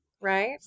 right